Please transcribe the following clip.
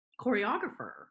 choreographer